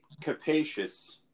capacious